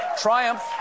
Triumph